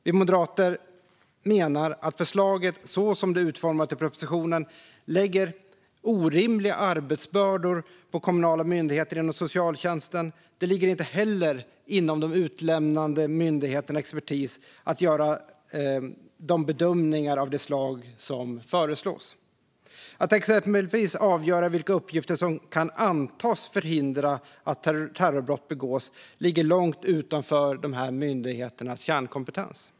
Vi moderater menar dock att förslaget, så som det är utformat i propositionen, lägger orimliga arbetsbördor på kommunala myndigheter inom socialtjänsten. Det ligger inte heller inom de utlämnande myndigheternas expertis att göra bedömningar av det slag som föreslås. Att exempelvis avgöra vilka uppgifter som kan antas förhindra att terrorbrott begås ligger långt utanför myndigheternas kärnkompetens.